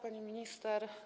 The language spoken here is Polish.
Pani Minister!